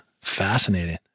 fascinating